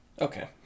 Okay